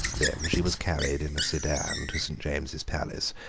then she was carried in a sedan to saint james's palace,